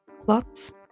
clots